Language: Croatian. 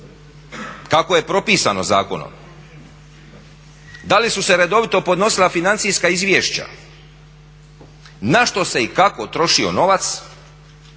kako je propisano zakonom. Da li su se redovito podnosila financijska izvješća, na što se i kako trošio novac,